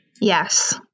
Yes